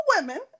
women